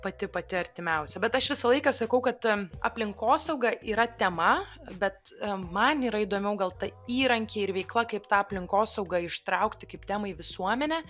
pati pati artimiausia bet aš visą laiką sakau kad aplinkosauga yra tema bet man yra įdomiau gal ta įrankiai ir veikla kaip tą aplinkosaugą ištraukti kaip temą į visuomenę